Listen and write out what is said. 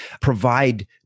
provide